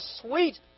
sweet